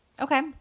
Okay